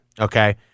Okay